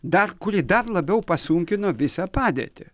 dar kuri dar labiau pasunkino visą padėtį